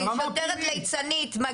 שוטרת ליצנית,